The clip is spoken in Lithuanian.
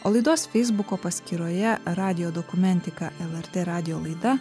o laidos feisbuko paskyroje radijo dokumentika lrt radijo laida